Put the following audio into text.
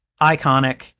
iconic